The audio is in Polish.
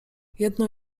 jedno